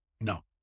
no